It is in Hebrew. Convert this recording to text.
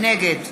נגד